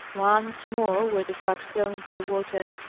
once more were the drags thrown into the water.